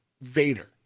Vader